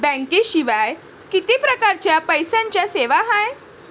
बँकेशिवाय किती परकारच्या पैशांच्या सेवा हाय?